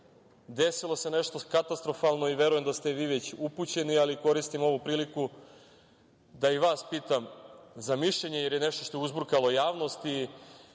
desilo se nešto katastrofalno i verujem da ste i vi već upućeni, ali koristim ovu priliku da i vas pitam za mišljenje, jer je to nešto što je uzburkalo javnost.